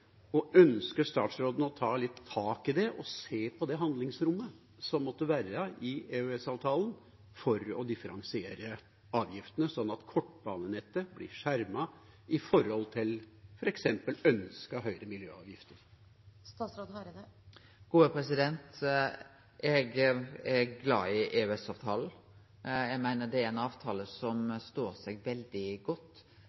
Og ønsker statsråden å ta litt tak i det og se på det handlingsrommet som måtte være i EØS-avtalen, for å differensiere avgiftene sånn at kortbanenettet blir skjermet i forhold til f.eks. ønskede høyere miljøavgifter? Eg er glad i EØS-avtalen. Eg meiner det er ein avtale